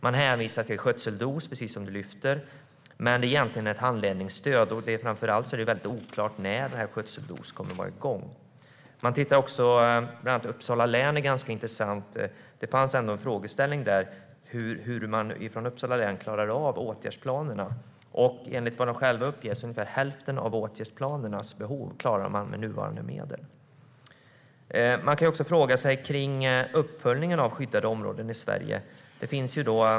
Man hänvisar till Skötsel-DOS, precis som ministern lyfter fram. Men det är egentligen ett handledningsstöd. Framför allt är det väldigt oklart när Skötsel-DOS kommer att vara igång. Uppsala län är ganska intressant. Det fanns en frågeställning där om hur man från Uppsala län klarar av åtgärdsplanerna. Enligt vad de själva uppger klarar de ungefär hälften av behoven i åtgärdsplanerna med nuvarande medel. Man kan också ställa sig en fråga om uppföljningen av skyddade områden i Sverige.